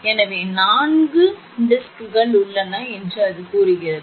எனவே நான்கு வட்டுகள் உள்ளன என்று அது கூறுகிறது